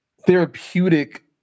therapeutic